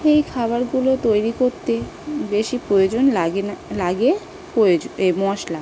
এই খাবারগুলো তৈরি করতে বেশি প্রয়োজন লাগে না লাগে প্রয়োজন এ মশলা